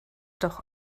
doch